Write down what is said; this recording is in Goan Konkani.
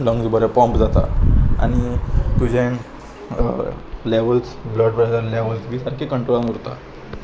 लंग्स बरे पंप जाता आनी तुजे लेवल्स ब्लड प्रेशर लेवल्स बी सारके कंट्रोलान उरता